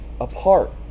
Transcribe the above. apart